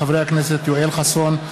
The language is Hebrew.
מאת חברי הכנסת יואל חסון,